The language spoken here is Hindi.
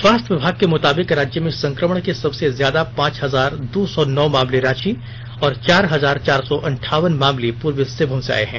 स्वास्थ्य विभाग के मुताबिक राज्य में संक्रमण के सबसे ज्यादा पांच हजार दो सौ नौ मामले रांची और फिर चार हजार चार सौ अंठावन मामले पूर्वी सिंहभूम से आए हैं